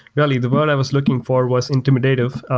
really, the word i was looking for was intimidative.